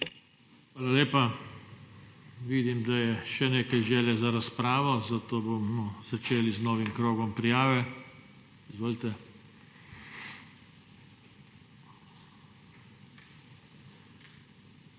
Hvala lepa. Vidim, da je še nekaj želje za razpravo, zato bomo začeli z novim krogom prijave. Najprej ima besedo